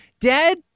Dad